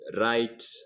right